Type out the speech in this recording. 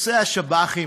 נושא השב"חים,